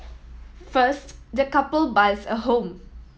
first the couple buys a home